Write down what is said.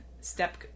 step